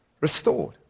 restored